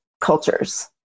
cultures